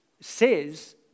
says